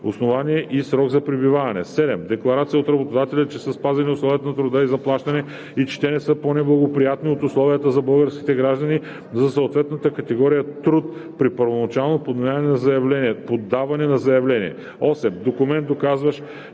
основание и срок за пребиваване; 7. декларация от работодателя, че са спазени условията на труд и заплащане и че те не са по-неблагоприятни от условията за българските граждани за съответната категория труд – при първоначално подаване на заявление; 8. документ, доказващ,